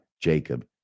Jacob